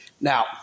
Now